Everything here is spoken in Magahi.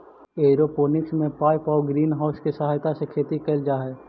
एयरोपोनिक्स में पाइप आउ ग्रीन हाउस के सहायता से खेती कैल जा हइ